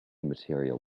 material